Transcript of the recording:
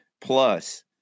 plus